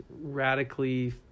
radically